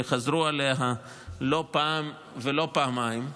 שחזרו עליה לא פעם ולא פעמיים,